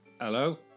Hello